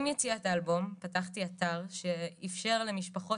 עם יציאת האלבום פתחתי אתר שאפשר למשפחות